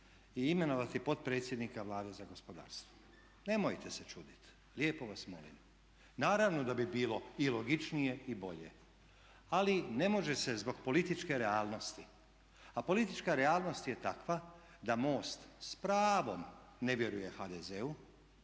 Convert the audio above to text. i imenovati potpredsjednika Vlade za gospodarstvo? Nemojte se čuditi, lijepo vas molim. Naravno da bi bilo i logičnije i bolje. Ali ne može se zbog političke realnosti. A politička realnost je takva da MOST s pravom ne vjeruje HDZ-u